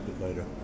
later